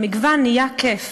המגוון נהיה כיף.